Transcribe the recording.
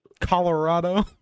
Colorado